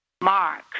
Mark